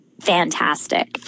fantastic